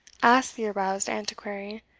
asked the aroused antiquary,